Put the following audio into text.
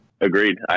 Agreed